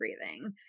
breathing